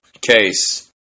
case